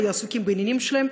היו עסוקים בעניינים שלהם,